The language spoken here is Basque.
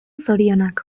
zorionak